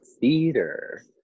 theater